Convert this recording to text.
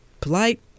polite